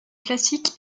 classique